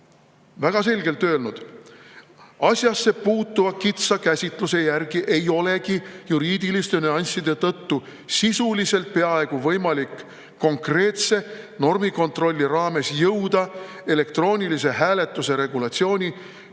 väga selgelt öelnud, et asjasse puutuva kitsa käsitluse järgi ei olegi juriidiliste nüansside tõttu sisuliselt peaaegu võimalik konkreetse normikontrolli raames jõuda elektroonilise hääletuse regulatsiooni